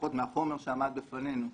לפחות מהחומר שעמד בפנינו,